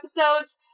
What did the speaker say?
episodes